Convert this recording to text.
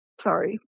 sorry